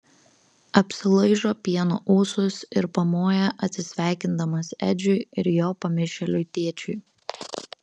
apsilaižo pieno ūsus ir pamoja atsisveikindamas edžiui ir jo pamišėliui tėčiui